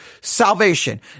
salvation